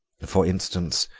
for instance,